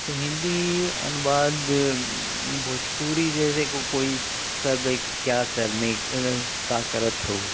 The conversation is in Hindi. तो हिन्दी अनुवाद भोजपुरी जैसे कोई सब है की क्या करने की का करत हऊ